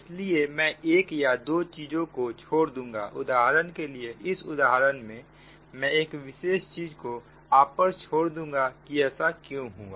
इसलिए एक या दो चीज को मैं छोड़ दूंगा उदाहरण के लिए इस उदाहरण में मैं एक विशेष चीज को आप पर छोड़ दूंगा कि ऐसा क्यों हुआ